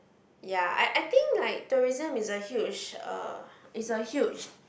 ya I I think like tourism is a huge uh is a huge